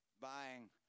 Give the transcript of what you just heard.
buying